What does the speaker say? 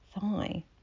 thigh